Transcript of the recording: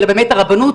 אלא באמת הרבנות,